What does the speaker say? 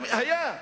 היה.